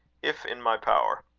if in my power.